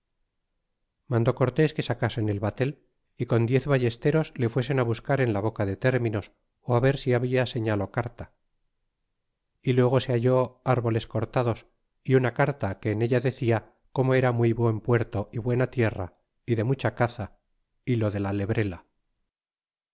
mandó cortés que sacasen el batel y con diez ballesteros le fuesen buscar en la boca de términos ver si habia señal lo carta y luego se halló árboles cortados y una carta que en ella decia como era muy buen puerto y buena tierra y de mucha caza y lo de la lebrela